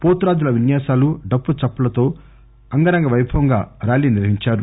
పోతురాజుల విన్యాసాలు డప్పు చప్పుళ్ళ తో అంగరంగ పైభవంగా ర్యాలీ నిర్వహించారు